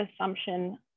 assumption